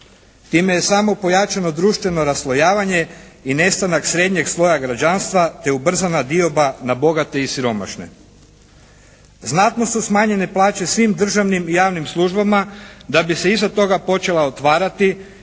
Time je samo pojačano društveno raslojavanje i nestanak srednjeg sloja građanstva te ubrzana dioba na bogate i siromašne. Znatno su smanjenje plaće svim državnim i javnim službama da bi se iza toga počela otvarati,